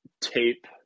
tape